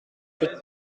huit